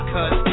Cause